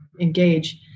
engage